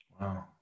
Wow